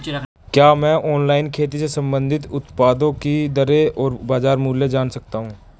क्या मैं ऑनलाइन खेती से संबंधित उत्पादों की दरें और बाज़ार मूल्य जान सकता हूँ?